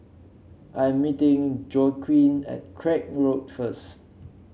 I'm meeting Joaquin at Craig Road first